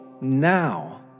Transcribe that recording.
now